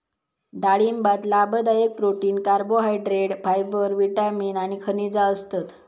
डाळिंबात लाभदायक protein, carbohydrate, fibre, vitamin आणि खनिजा असतत